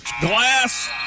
glass